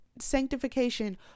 Sanctification